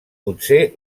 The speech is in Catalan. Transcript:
potser